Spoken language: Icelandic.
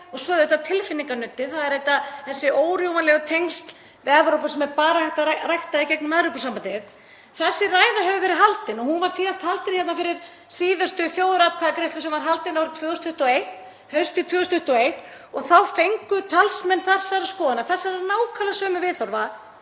og svo auðvitað tilfinninganuddið. Það eru þessi órjúfanlegu tengsl við Evrópu sem er bara hægt að rækta í gegnum Evrópusambandið. Þessi ræða hefur verið haldin. Hún var síðast haldin hérna fyrir síðustu þjóðaratkvæðagreiðslu sem var haldin haustið 2021 og þá fengu talsmenn þessarar skoðunar, þessara nákvæmlega sömu viðhorfa,